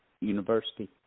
University